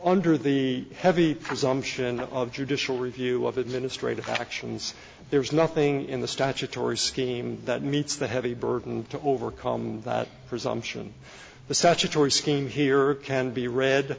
under the heavy presumption of judicial review of administrative actions there is nothing in the statutory scheme that meets the heavy burden to overcome that presumption the statutory scheme here can be read